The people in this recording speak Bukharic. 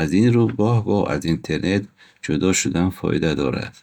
Аз ин рӯ, гоҳ-гоҳ аз интернет ҷудо шудан фоида дорад